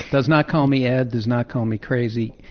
does not call me ed, does not call me crazy,